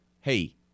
hey